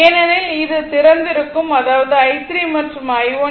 ஏனெனில் இது திறந்திருக்கும் அதாவது i3 மற்றும் i1